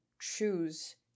choose